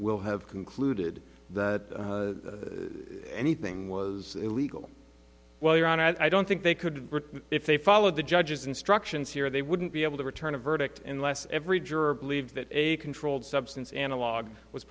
will have concluded that anything was illegal well your honor i don't think they could if they followed the judge's instructions here they wouldn't be able to return a verdict unless every juror believed that a controlled substance analog was